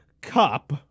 cup